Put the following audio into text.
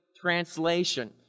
translation